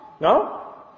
No